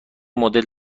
مدل